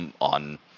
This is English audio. on